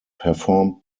performed